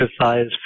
exercise